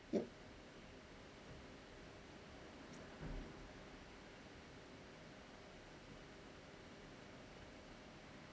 yup